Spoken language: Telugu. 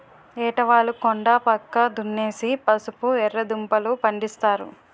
ఏటవాలు కొండా పక్క దున్నేసి పసుపు, ఎర్రదుంపలూ, పండిస్తారు